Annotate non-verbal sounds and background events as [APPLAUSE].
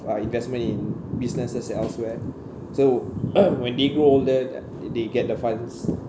uh investment in businesses elsewhere so [COUGHS] when they grow older th~ they get the funds